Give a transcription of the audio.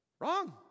Wrong